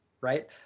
Right